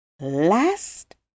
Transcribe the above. Last